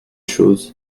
chose